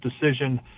decision